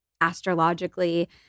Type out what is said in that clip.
astrologically